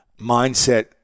mindset